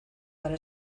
para